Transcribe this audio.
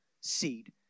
seed